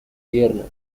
tierna